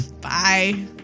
Bye